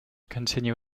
continue